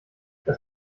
das